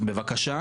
אז בבקשה,